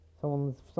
someone's